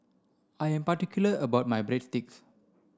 I am particular about my Breadsticks